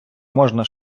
можна